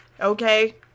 okay